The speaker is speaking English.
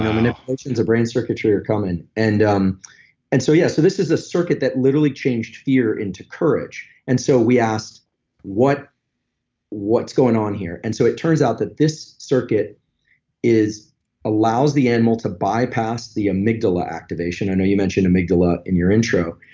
manipulations of brain circuitry are coming. and um and so, yeah so this is a circuit that literally changed fear into courage, and so we asked what's going on here? and so, it turns out that this circuit allows the animal to bypass the amygdala activation, i know you mentioned amygdala in your intro,